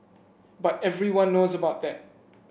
but everyone knows about that